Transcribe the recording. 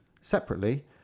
separately